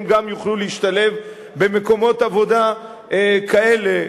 גם יוכלו להשתלב במקומות עבודה כאלה.